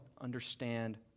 understand